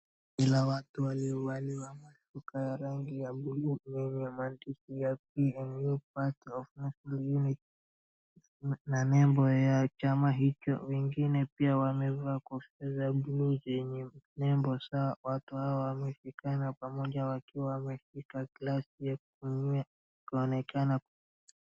Kuna watu walio waliovalia mashuka ya rangi ya blue yenye maandishi ya PNU Party of National Unon na nembo ya chama hicho wengine pia wamevaa kofia za blue zenye nembo sawa. Watu hawa wameshikana pamoja wakiwa wameshika glasi ya kunywea kuonekana.